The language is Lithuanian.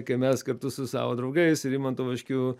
kai mes kartu su savo draugais rimantu vaškiu